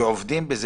שעובדים בזה,